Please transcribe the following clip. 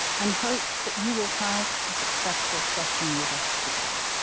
and hope that you will have a successful session with us today.